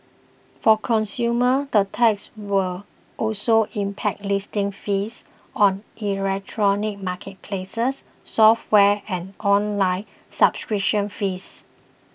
for consumers the tax will also impact listing fees on electronic marketplaces software and online subscription fees